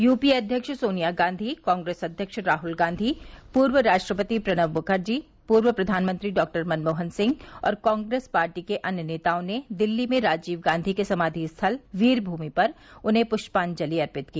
UPA अध्यक्ष सोनिया गांधी कांग्रेस अध्यक्ष राहुल गांधी पूर्व राष्ट्रपति प्रणब मुखर्जी पूर्व प्रधानमंत्री डॉक्टर मनमोहन सिंह और कांग्रेस पार्टी के अन्य नेताओं ने दिल्ली में राजीव गांधी के समाधि स्थल वीर भूमि पर उन्हें पुष्पांजलि अर्पित की